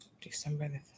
December